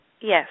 Yes